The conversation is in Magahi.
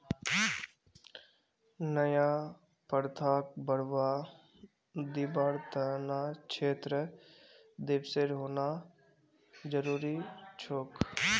नया प्रथाक बढ़वा दीबार त न क्षेत्र दिवसेर होना जरूरी छोक